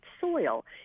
soil